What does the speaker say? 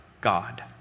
God